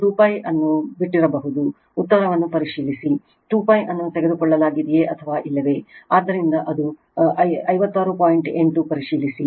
8 ಪರಿಶೀಲಿಸಿ